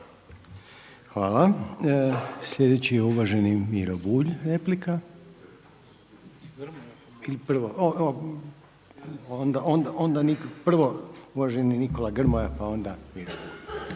lijepo. Sljedeći je uvaženi Miro Bulj, replika. Prvo uvaženi Nikola Grmoja pa onda Miro bulj.